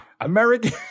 american